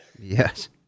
Yes